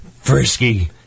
frisky